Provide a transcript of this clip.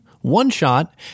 one-shot